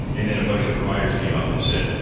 and then a bunch of providers came up and said,